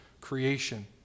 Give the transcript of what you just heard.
creation